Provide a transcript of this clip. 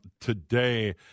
today